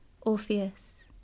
Orpheus